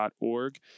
org